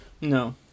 No